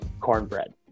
Cornbread